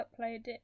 uploaded